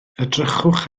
edrychwch